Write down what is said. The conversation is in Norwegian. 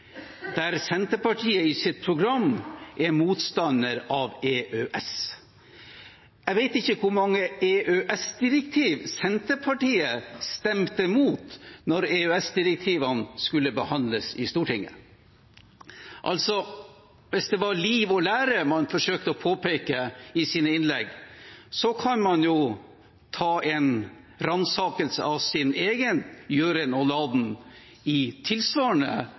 der Senterpartiet i sitt program er motstander av EØS. Jeg vet ikke hvor mange EØS-direktiver Senterpartiet stemte imot da EØS-direktivene skulle behandles i Stortinget. Altså: Hvis det er liv og lære man forsøker å påpeke i sine innlegg, så kan man jo ransake sin egen gjøren og laden i tilsvarende